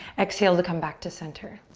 exhale to come back to center.